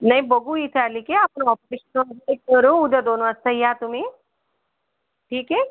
नाही बघू इथे आले की आपण ऑपरेशनचं ठरवू उद्या दोन वाजता या तुम्ही ठीक आहे